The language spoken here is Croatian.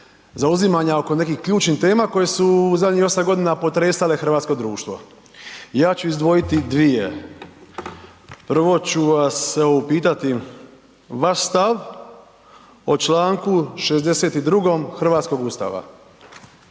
zauzimanja oko nekih ključnih tema koje su u zadnjih 8.g. potresale hrvatsko društvo. Ja ću izdvojiti dvije, prvo ću vas evo upitati vaš stav o čl. 62. hrvatskog Ustava,